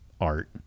art